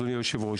אדוני היושב-ראש,